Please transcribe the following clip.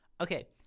Okay